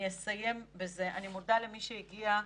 אני אסיים בזה אני מודה למי שהגיע,